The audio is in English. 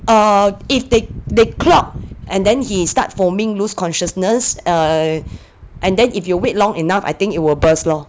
err if they they clog and then he start foaming lose consciousness err and then if you wait long enough I think it will burst lor